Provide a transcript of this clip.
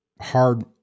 hard